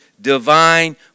divine